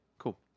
cool